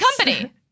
company